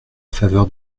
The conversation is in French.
faveur